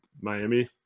Miami